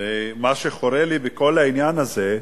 ומה שחורה לי בכל העניין הזה,